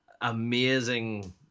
amazing